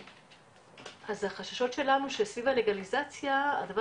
אז החששות שלנו שסביב הלגליזציה הדבר